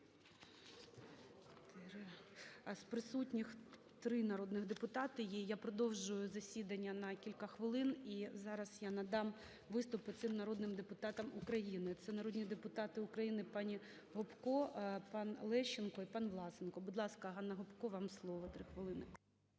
З присутніх три народних депутати є. Я продовжую засідання на кілька хвилин. І зараз я надам виступ оцим народним депутатам України. Це народні депутати України пані Гопко, пан Лещенко і пан Власенко. Будь ласка, Ганна Гопко, вам слово, три хвилини.